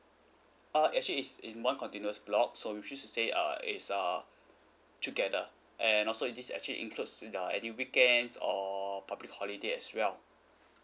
uh actually it's in one continuous block so which means to say uh it's err together and also this actually includes yeah any weekends or public holiday as well